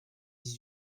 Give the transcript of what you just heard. dix